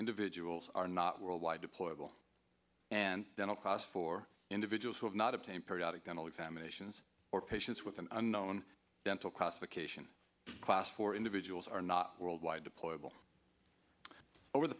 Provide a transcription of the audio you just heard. individuals are not worldwide deployable and dental costs for individuals who have not obtained periodic dental examinations or patients with an unknown dental classification class for individuals are not worldwide deployable over the